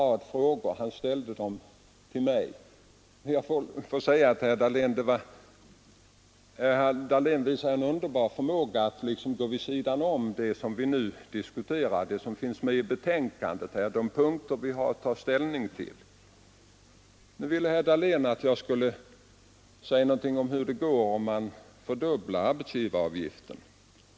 Herr Dahlén ställde en rad frågor till mig och visade en underbar förmåga att liksom gå vid sidan om det vi diskuterar, de punkter i betänkandet som vi har att ta ställning till. Herr Dahlén ville att jag skulle säga någonting om hur det går om man fördubblar arbetsgivaravgiften.